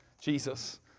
Jesus